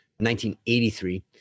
1983